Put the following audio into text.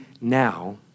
now